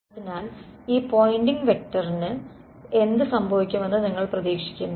അതിനാൽ ഈ പോയിൻറിംഗ് വെക്ടറിന് എന്ത് സംഭവിക്കുമെന്ന് നിങ്ങൾ പ്രതീക്ഷിക്കുന്നു